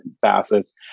facets